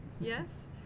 yes